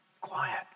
quiet